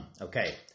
Okay